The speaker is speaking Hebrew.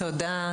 תודה.